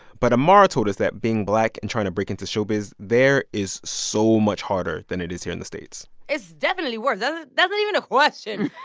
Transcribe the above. but amara told us that being black and trying to break into showbiz there is so much harder than it is here in the states it's definitely worse. that's not even a question.